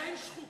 אכן שחוקה.